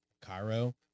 cairo